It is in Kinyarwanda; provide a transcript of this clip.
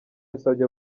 yasabye